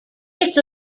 its